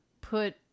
put